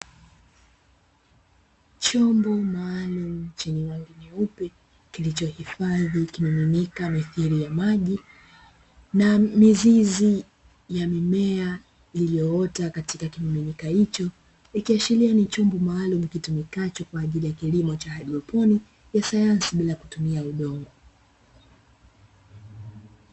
Chombo maalumu chenye maji meupe, kilichohifadhi kimiminika mithili ya maji, na mizizi ya mimea iliyoota katika kimiminika hicho, ikiashiria ni chombo maalumu kitumikacho, kwa ajili ya kilimo cha haidroponi, ya sayansi bila kutumia udongo.